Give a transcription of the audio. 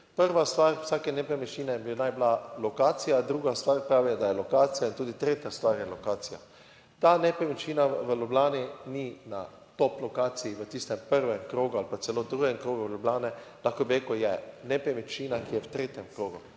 Prva stvar vsake nepremičnine bi naj bila lokacija, druga stvar pravi, da je lokacija in tudi tretja stvar je lokacija. Ta nepremičnina v Ljubljani ni na top lokaciji v tistem prvem krogu ali pa celo v drugem krogu Ljubljane, lahko bi rekel, je nepremičnina, ki je v tretjem krogu